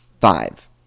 five